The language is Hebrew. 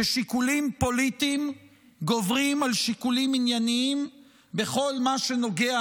ששיקולים פוליטיים גוברים על שיקולים ענייניים בכל מה שנוגע